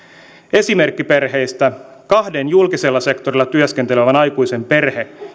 esimerkkiperheistä kahden julkisella sektorilla työskentelevän aikuisen perhe